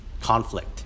conflict